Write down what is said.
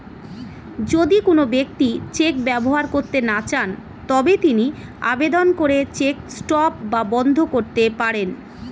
যদি কোন ব্যক্তি চেক ব্যবহার করতে না চান তবে তিনি আবেদন করে চেক স্টপ বা বন্ধ করতে পারেন